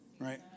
right